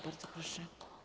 Bardzo proszę.